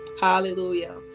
Hallelujah